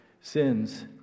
sins